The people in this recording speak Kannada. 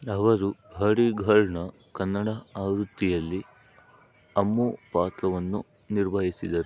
ಅವರು ಬಾಡಿಗಾರ್ಡ್ನ ಕನ್ನಡ ಆವೃತ್ತಿಯಲ್ಲಿ ಅಮ್ಮು ಪಾತ್ರವನ್ನು ನಿರ್ವಹಿಸಿದರು